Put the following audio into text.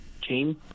Team